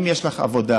אם יש לך עבודה,